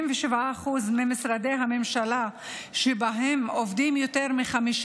77% ממשרדי הממשלה שבהם עובדים יותר מ־50